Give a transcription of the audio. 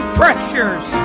pressures